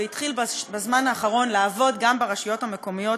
והתחיל בזמן האחרון לעבוד גם ברשויות המקומיות,